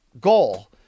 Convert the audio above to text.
goal